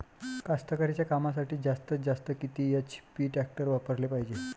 कास्तकारीच्या कामासाठी जास्तीत जास्त किती एच.पी टॅक्टर वापराले पायजे?